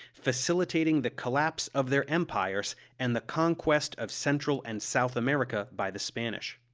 facilitating the collapse of their empires and the conquest of central and south america by the spanish.